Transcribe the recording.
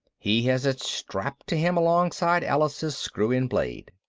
he has it strapped to him alongside alice's screw-in blade.